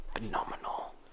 Phenomenal